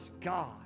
God